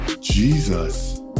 Jesus